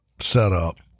setup